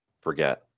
forget